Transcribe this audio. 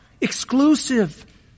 exclusive